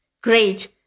great